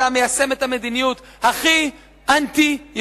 אתה מיישם את המדיניות הכי אנטי-ירושלמית.